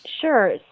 Sure